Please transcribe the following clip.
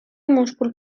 múscul